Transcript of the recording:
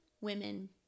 women